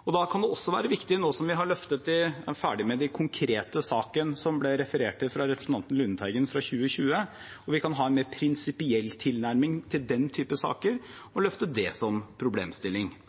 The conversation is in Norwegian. Nå som vi er ferdig med den konkrete saken fra 2020 som ble referert til fra representanten Lundteigen, kan vi kan ha en mer prinsipiell tilnærming til den typen saker og